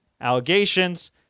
allegations